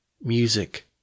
music